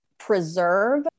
preserve